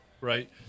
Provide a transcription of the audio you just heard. right